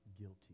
guilty